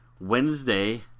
Wednesday